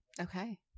okay